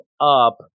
up